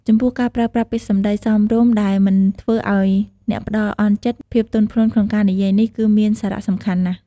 ចំំពោះការប្រើប្រាស់ពាក្យសម្តីសមរម្យដែលមិនធ្វើឲ្យអ្នកផ្តល់អន់ចិត្ត ភាពទន់ភ្លន់ក្នុងការនិយាយនេះ គឺមានសារៈសំខាន់ណាស់។